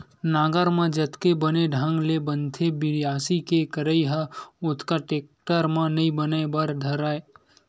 नांगर म जतेक बने ढंग ले बनथे बियासी के करई ह ओतका टेक्टर म नइ बने बर धरय